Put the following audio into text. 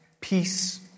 peace